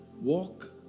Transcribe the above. walk